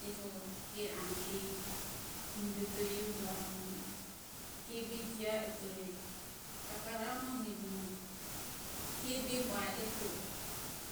Tefo ke angerei tiumbeto iuza amo ke be keai etore kakara amami mo ke be bai eto